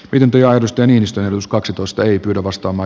pidempiaikaista nimistönuskaksitoista ii tavast oma